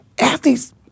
Athletes